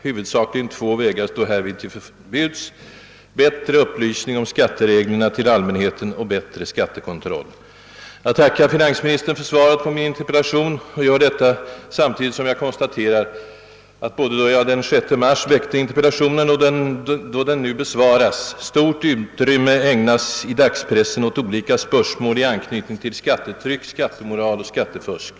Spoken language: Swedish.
Huvudsakligen två vägar står härvid till buds: bättre upplysning om skattereglerna till allmänheten och bättre skattekontroll. Jag tackar finansministern för svaret på min interpellation samtidigt som jag konstaterar, att både då jag den 6 mars framställde interpellationen och då den nu besvaras stort utrymme ägnas i dags Pressen åt olika spörsmål i anknytning till skattetryck, skattemoral och skattefusk.